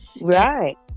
Right